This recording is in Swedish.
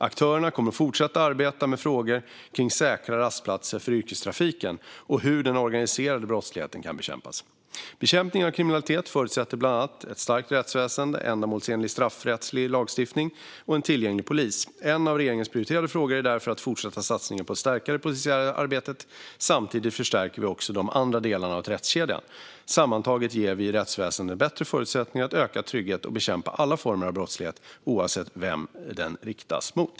Aktörerna kommer att fortsätta arbeta med frågor kring säkra rastplatser för yrkestrafiken och hur den organiserade brottsligheten kan bekämpas. Bekämpning av kriminalitet förutsätter bland annat ett starkt rättsväsen, ändamålsenlig straffrättslig lagstiftning och en tillgänglig polis. En av regeringens prioriterade frågor är därför att fortsätta satsningen på att stärka det polisiära arbetet. Samtidigt förstärker vi också de andra delarna av rättskedjan. Sammantaget ger vi rättsväsendet bättre förutsättningar att öka tryggheten och att bekämpa alla former av brottslighet, oavsett vem den riktas mot.